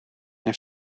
naar